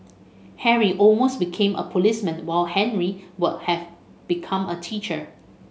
harry almost became a policeman while Henry would have become a teacher